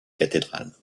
cathédrale